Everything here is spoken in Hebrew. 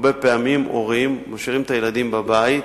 הרבה פעמים הורים משאירים את הילדים בבית,